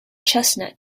chestnut